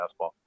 fastball